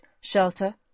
shelter